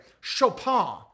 Chopin